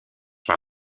par